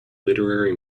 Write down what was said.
literary